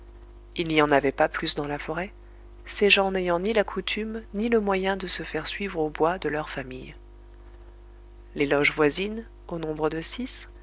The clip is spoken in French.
il n'y en avait pas plus dans la forêt ces gens n'ayant ni la coutume ni le moyen de se faire suivre aux bois de leurs familles les loges voisines au nombre de six